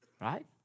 right